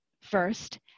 first